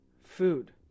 food